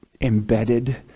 embedded